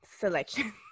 selection